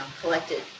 collected